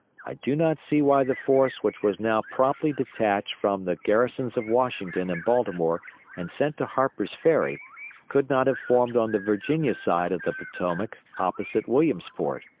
i do not see why the force which was now promptly detached from the garrisons of washington and baltimore and sent to harper's ferry could not have formed on the virginia side of the potomac opposite williamsport,